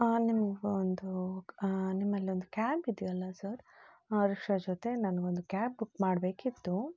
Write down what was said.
ಹಾಂ ನಿಮಗೊಂದು ನಿಮ್ಮಲ್ಲಿ ಒಂದು ಕ್ಯಾಬ್ ಇದೆಯಲ್ಲ ಸರ್ ರಿಕ್ಷ ಜೊತೆ ನನಗೊಂದು ಕ್ಯಾಬ್ ಬುಕ್ ಮಾಡಬೇಕಿತ್ತು